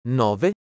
nove